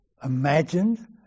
imagined